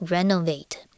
Renovate